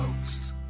folks